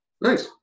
nice